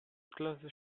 clothes